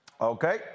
Okay